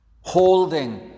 holding